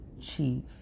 Chief